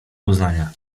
poznania